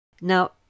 Now